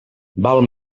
val